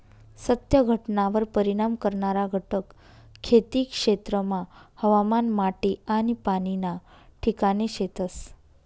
सत्य घटनावर परिणाम करणारा घटक खेती क्षेत्रमा हवामान, माटी आनी पाणी ना ठिकाणे शेतस